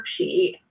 worksheet